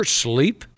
sleep